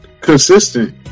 consistent